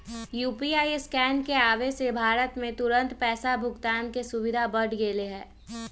UPI scan के आवे से भारत में तुरंत पैसा भुगतान के सुविधा बढ़ गैले है